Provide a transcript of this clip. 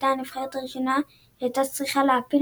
הייתה הנבחרת הראשונה שהייתה צריכה להעפיל